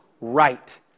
right